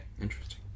Interesting